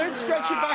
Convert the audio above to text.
and stretching.